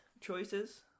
choices